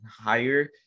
higher